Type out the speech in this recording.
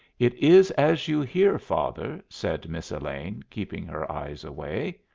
it is as you hear, father, said miss elaine, keeping her eyes away.